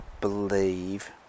believe